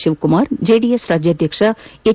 Shivakumar JDS ರಾಜ್ಯಾಧ್ಯಕ್ಷ ಹೆಚ್